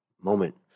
moment